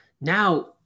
now